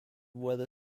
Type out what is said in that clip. whether